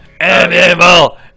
Animal